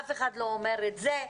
אף אחד לא אומר את זה.